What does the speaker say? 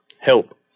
help